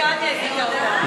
התשע"ה 2014,